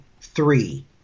three